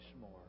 more